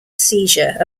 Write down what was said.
seizure